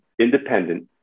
independent